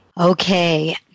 okay